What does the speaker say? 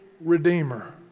redeemer